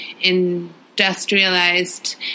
industrialized